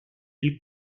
del